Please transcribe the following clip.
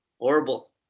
Horrible